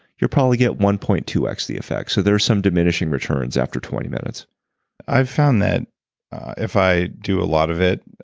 you'll probably get one point two x the effect. so, there's some diminishing returns after twenty minutes i've found that if i do a lot of it,